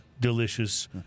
delicious